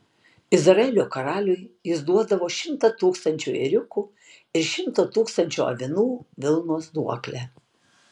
izraelio karaliui jis duodavo šimtą tūkstančių ėriukų ir šimto tūkstančių avinų vilnos duoklę